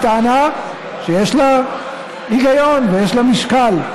והיא טענה שיש לה היגיון ויש לה משקל.